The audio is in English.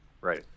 right